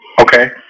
okay